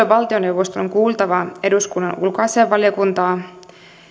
valtioneuvoston on kuultava eduskunnan ulkoasiainvaliokuntaa